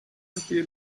appeared